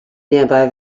nearby